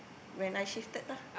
when I shifted lah